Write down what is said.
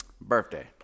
Birthday